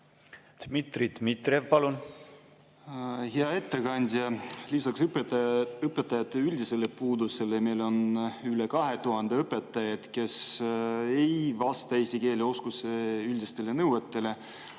Dmitri Dmitrijev, palun! Hea ettekandja! Lisaks õpetajate üldisele puudusele on meil üle 2000 õpetaja, kes ei vasta eesti keele oskuse nõuetele.